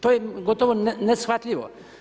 To je gotovo neshvatljivo.